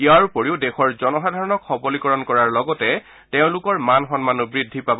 ইয়াৰ উপৰি দেশৰ জনসাধাৰণক সবলীকৰণ কৰাৰ লগতে তেওঁলোকৰ মান সন্মনো বৃদ্ধি পাব